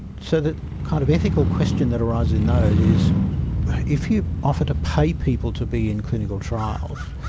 so the kind of ethical question that arises in those is if you offer to pay people to be in clinical trials,